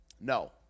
No